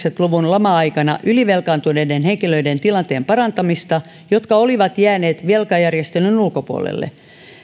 luvun lama aikana ylivelkaantuneiden henkilöiden tilanteen parantamista jotka olivat jääneet velkajärjestelyn ulkopuolelle